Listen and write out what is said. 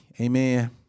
Amen